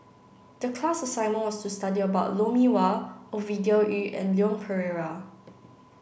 the class assignment was to study about Lou Mee Wah Ovidia Yu and Leon Perera